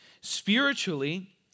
spiritually